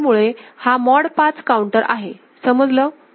त्यामुळे हा mod 5 counter आहे समजलं